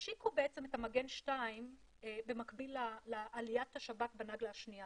השיקו בעצם את המגן 2 במקביל עליית כלי השב"כ בנגלה השנייה,